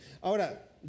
Ahora